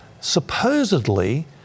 supposedly